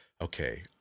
okay